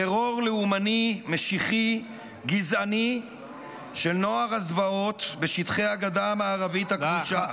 טרור לאומני-משיחי-גזעני של נוער הזוועות בשטחי הגדה המערבית הכבושה.